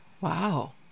Wow